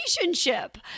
relationship